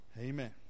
amen